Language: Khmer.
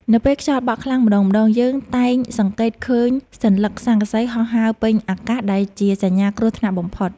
នៅពេលខ្យល់បក់ខ្លាំងម្តងៗយើងតែងសង្កេតឃើញសន្លឹកស័ង្កសីហោះហើរពេញអាកាសដែលជាសញ្ញាគ្រោះថ្នាក់បំផុត។